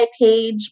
page